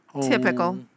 Typical